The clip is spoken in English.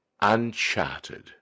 uncharted